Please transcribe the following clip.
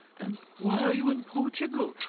and why are you in portugal?